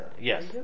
yes